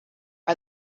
are